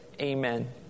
Amen